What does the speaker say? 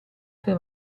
per